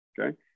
okay